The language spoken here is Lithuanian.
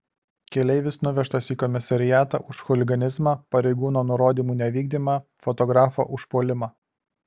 keleivis nuvežtas į komisariatą už chuliganizmą pareigūno nurodymų nevykdymą fotografo užpuolimą